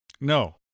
No